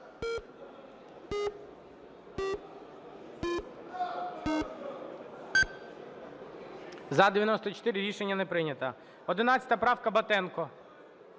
За-94 Рішення не прийнято. 11 правка, Батенко.